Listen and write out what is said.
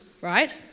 right